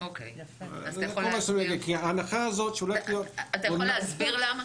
אתה יכול להסביר למה?